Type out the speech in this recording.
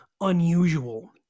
unusual